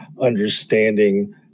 understanding